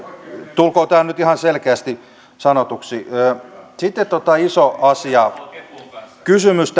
tulkoon tämä nyt ihan selkeästi sanotuksi sitten iso asia kysymys